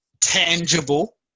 tangible